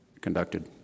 conducted